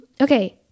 Okay